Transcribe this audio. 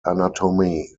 anatomy